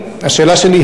השאלה שלי היא,